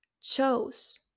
chose